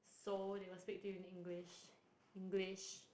Seoul they will speak to you in English English